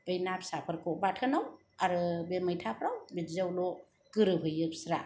बे ना फिसाफोरखौ बाथोनाव आरो बे मैथाफ्राव बिदिआवल' गोरोबहैयो बिस्रा